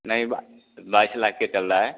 नहीं बाइस लाख के चल रहा है